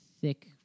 thick